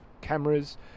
cameras